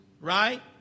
right